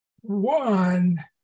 one